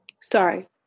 Sorry